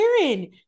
Aaron